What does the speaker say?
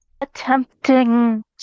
Attempting